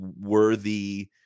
worthy